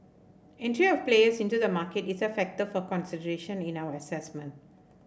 entry of players into the market is a factor for consideration in our assessment